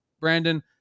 Brandon